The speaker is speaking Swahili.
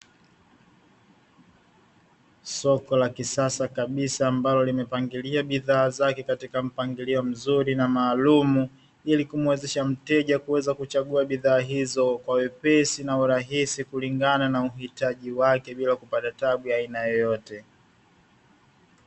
Soko la kisasa kabisa ambalo limepangilia bidhaa zake katika mpangilio mzuri na maalumu, ili kumuwezesha mteja kuweza kuchagua bidhaa hizo kwa wepesi na urahisi kulingana na uhitaji wake bila kupata tabu ya aina yoyote.